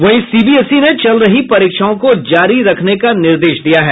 वहीं सीबीएसई ने चल रही परीक्षाओं को जारी रखने का निर्देश दिया है